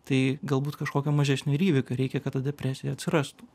tai galbūt kažkokio mažesnio ir įvyko reikia kad ta depresija atsirastų